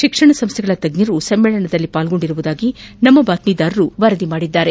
ಶಿಕ್ಷಣ ಸಂಸ್ಥೆಗಳ ತಜ್ಜರು ಸಮ್ಮೇಳನದಲ್ಲಿ ಪಾಲ್ಗೊಂಡಿದ್ದಾರೆ ಎಂದು ನಮ್ನ ಬಾತ್ಸೀದಾರರು ವರದಿ ಮಾಡಿದ್ದಾರೆ